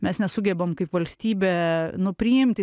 mes nesugebam kaip valstybė nu priimti